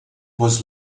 was